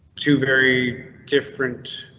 two very different.